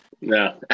No